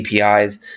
APIs